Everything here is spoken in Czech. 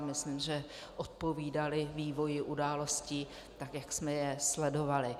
Myslím, že odpovídaly vývoji událostí, jak jsme je sledovali.